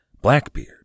Blackbeard